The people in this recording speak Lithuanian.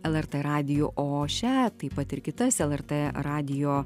lrt radiju o šią taip pat ir kitas lrt radijo